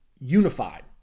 unified